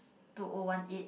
two O one eight